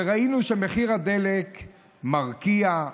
וראינו שמחיר הדלק מרקיע שחקים,